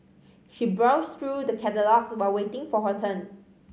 she browsed through the catalogues while waiting for her turn